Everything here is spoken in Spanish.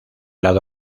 lado